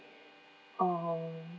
um